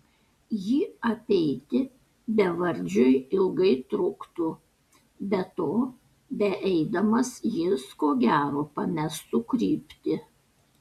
jį apeiti bevardžiui ilgai truktų be to beeidamas jis ko gero pamestų kryptį